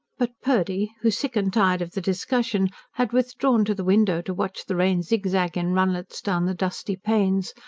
but purdy who, sick and tired of the discussion, had withdrawn to the window to watch the rain zig-zag in runlets down the dusty panes,